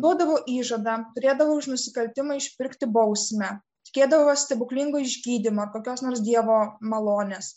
duodavo įžadą turėdavo už nusikaltimą išpirkti bausmę tikėdavosi stebuklingo išgydymo kokios nors dievo malonės